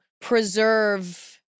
preserve